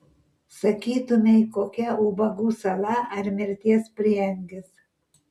sakytumei kokia ubagų sala ar mirties prieangis